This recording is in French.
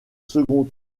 second